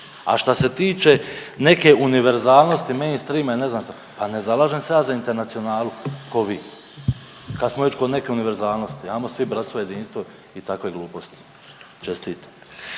A šta se tiče neke univerzalnosti, mainstreama i ne znam što, pa ne zalažem se ja za internacionalu ko vi. Kad smo već kod neke univerzalnosti, ajmo svi bratstvo i jedinstvo i takve gluposti. Čestitam.